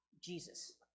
Jesus